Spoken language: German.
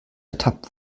ertappt